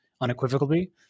unequivocally